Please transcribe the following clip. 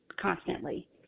constantly